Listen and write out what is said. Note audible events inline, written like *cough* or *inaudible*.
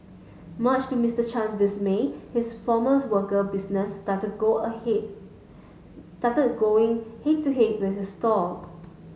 much to Mister Chang's dismay his former worker business *unintelligible* started going head to head with his stall